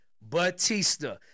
Batista